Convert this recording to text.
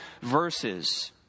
verses